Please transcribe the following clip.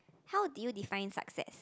how did you define success